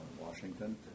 Washington